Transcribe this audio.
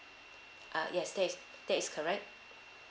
uh yes that is that is correct